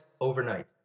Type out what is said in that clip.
overnight